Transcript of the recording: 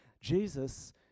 Jesus